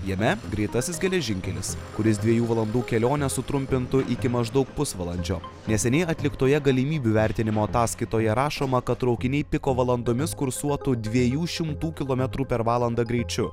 jame greitasis geležinkelis kuris dviejų valandų kelionę sutrumpintų iki maždaug pusvalandžio neseniai atliktoje galimybių vertinimo ataskaitoje rašoma kad traukiniai piko valandomis kursuotų dviejų šimtų kilometrų per valandą greičiu